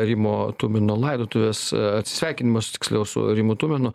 rimo tumino laidotuvės atsisveikinimas tiksliau su rimu tuminu